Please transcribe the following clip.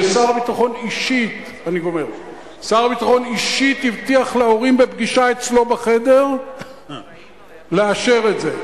ששר הביטחון אישית הבטיח להורים בפגישה אצלו בחדר לאשר את זה?